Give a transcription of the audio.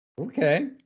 Okay